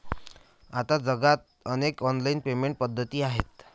आता जगात अनेक ऑनलाइन पेमेंट पद्धती आहेत